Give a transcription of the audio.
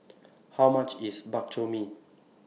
How much IS Bak Chor Mee